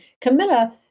Camilla